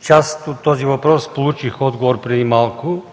част от този въпрос получих отговор преди малко,